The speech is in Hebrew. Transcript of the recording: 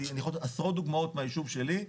אני יכול לתת עשרות דוגמאות מהיישוב שלי,